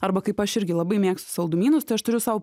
arba kaip aš irgi labai mėgstu saldumynus tai aš turiu sau